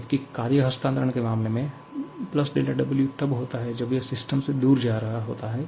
जबकि कार्य हस्तांतरण के मामले में W तब होता है जब यह सिस्टम से दूर जा रहा होता है